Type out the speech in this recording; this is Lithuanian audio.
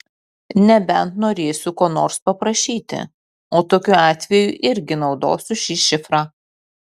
nebent norėsiu ko nors paprašyti o tokiu atveju irgi naudosiu šį šifrą